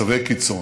מצבי קיצון,